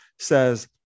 says